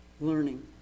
learning